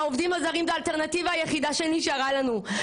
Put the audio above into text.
העובדים הזרים זאת האלטרנטיבה היחידה שנשארה לנו.